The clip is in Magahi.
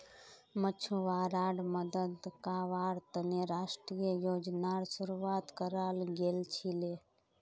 मछुवाराड मदद कावार तने राष्ट्रीय योजनार शुरुआत कराल गेल छीले